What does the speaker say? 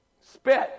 spit